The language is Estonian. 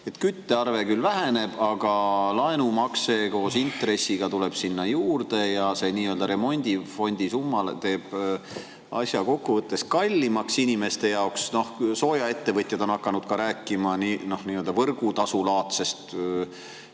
Küttearve küll väheneb, aga laenumakse koos intressiga tuleb sinna juurde ja see nii-öelda remondifondi summa teeb asja kokkuvõttes inimeste jaoks kallimaks. Soojaettevõtjad on hakanud rääkima ka nii-öelda võrgutasulaadsest